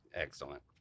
Excellent